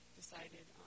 decided